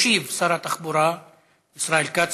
ישיב שר התחבורה ישראל כץ.